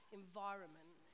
environment